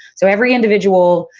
so, every individual,